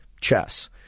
chess